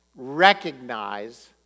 recognize